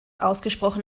ausgesprochen